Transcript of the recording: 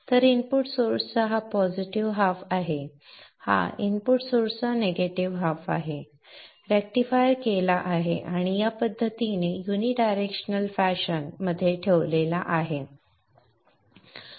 तर input source चा हा पॉझिटिव्ह हाफ आहे हा इनपुट सोर्स चा निगेटिव्ह हाफ आहे रेक्टिफाय केला आहे आणि या पद्धतीने युनी डायरेक्शनल फॅशन मध्ये ठेवला आहे